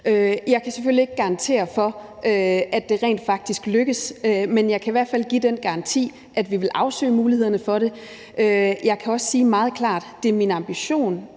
Jeg kan selvfølgelig ikke garantere for, at det rent faktisk lykkes, men jeg kan i hvert fald give den garanti, at vi vil afsøge mulighederne for det. Jeg kan også sige meget klart, at det er min ambition,